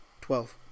Twelve